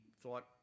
thought